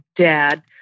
dad